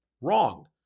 wrong